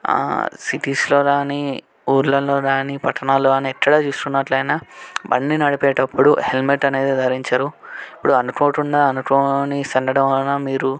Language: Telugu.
సిటీస్లో కానీ ఊళ్ళలో కానీ పట్టణాల్లో కానీ ఎక్కడ చూసుకున్నట్లయినా బండి నడిపేటప్పుడు హెల్మెట్ అనేది ధరించరు ఇప్పుడు అనుకోకుండా అనుకోని సంఘటన వలన మీరు